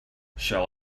shall